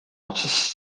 otsustas